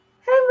Hey